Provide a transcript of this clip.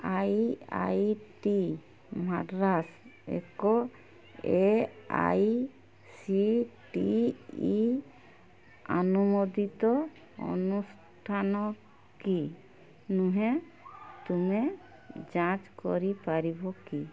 IIT Madras ଏକ AICTE ଆନୁମୋଦିତ ଅନୁଷ୍ଠାନ କି ନୁହେଁ ତୁମେ ଯାଞ୍ଚ କରିପାରିବ କି